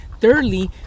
Thirdly